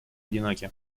одиноки